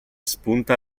spunta